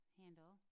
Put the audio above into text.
handle